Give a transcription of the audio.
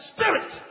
Spirit